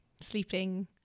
sleeping